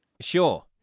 Sure